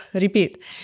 repeat